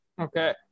Okay